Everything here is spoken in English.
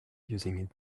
using